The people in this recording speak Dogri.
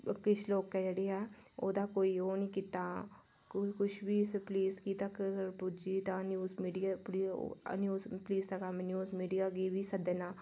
किश लोकें जेह्ड़ी ऐ ओह्दा कोई ओह् निं कीता कोई कुछ बी पुलिस गी पुजदी ऐ ते न्यूज़ मीडिया ओह् न्यूज़ पुलिस दा कम्म न्यूज़ मीडिया गी बी सद्दना